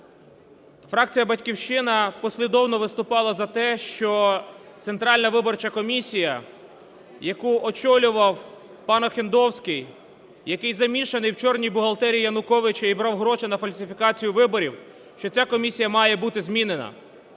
Фракція "Батьківщина" послідовно виступала за те, що Центральна виборча комісія, яку очолював пан Охендовський, який замішаний в "чорній бухгалтерії" Януковича і брав гроші на фальсифікацію виборів, що ця комісія має бути змінена.